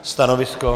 Stanovisko?